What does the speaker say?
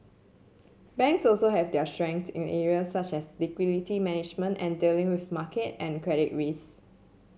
banks also have their strengths in areas such as liquidity management and dealing with market and credit risks